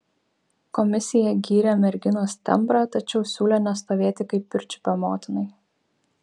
komisija gyrė merginos tembrą tačiau siūlė nestovėti kaip pirčiupio motinai